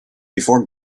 before